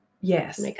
Yes